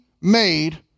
made